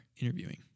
interviewing